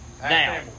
Now